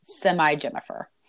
semi-Jennifer